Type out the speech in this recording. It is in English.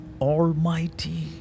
Almighty